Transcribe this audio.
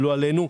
לא עלינו.